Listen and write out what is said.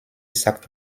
sagt